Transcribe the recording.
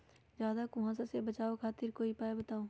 ज्यादा कुहासा से बचाव खातिर कोई उपाय बताऊ?